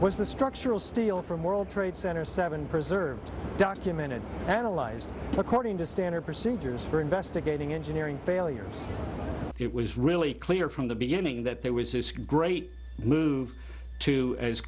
was the structural steel from world trade center seven preserved documented analyzed according to standard procedures for investigating engineering failures it was really clear from the beginning that there was a great move to as